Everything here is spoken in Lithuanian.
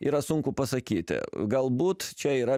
yra sunku pasakyti galbūt čia yra